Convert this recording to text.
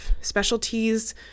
specialties